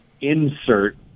insert